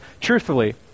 truthfully